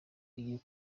umubwiye